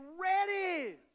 ready